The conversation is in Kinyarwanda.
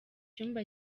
cyumba